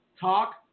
Talk